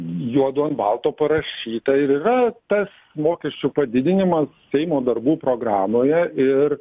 juodu ant balto parašyta ir yra tas mokesčių padidinimas seimo darbų programoje ir